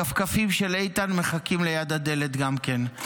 הכפכפים של איתן מחכים ליד הדלת גם כן,